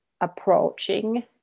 approaching